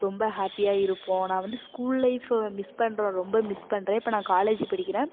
ரொம்ப ஹாப்பியாக இருப்போம் நான் வந்து ஸ்கூல் லைஃப்பை மிஸ் பண்றோம் ரொம்ப மிஸ் பண்றேன் இப்போ நான் காலேஜ் படிக்கிறேன்